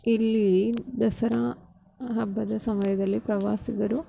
ಇಲ್ಲಿ ದಸರಾ ಹಬ್ಬದ ಸಮಯದಲ್ಲಿ ಪ್ರವಾಸಿಗರು